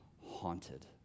haunted